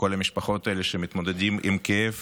לכל המשפחות האלה, שמתמודדות עם כאב